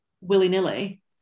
willy-nilly